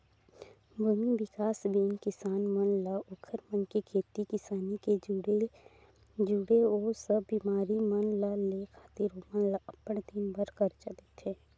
भूमि बिकास बेंक किसान मन ला ओखर मन के खेती किसानी ले जुड़े ओ सब मसीन मन ल लेय खातिर ओमन ल अब्बड़ दिन बर करजा देथे